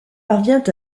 parvient